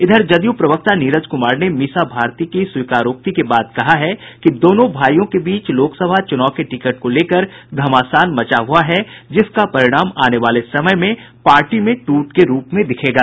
इधर जदयू प्रवक्ता नीरज कुमार ने मीसा भारती की स्वीकारोक्ति के बाद कहा है कि दोनों भाईयों के बीच लोकसभा चुनाव के टिकट को लेकर घमासान मचा हुआ है जिसका परिणाम आने वाले में समय में पार्टी में टूट के रूप में दिखेगा